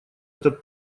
этот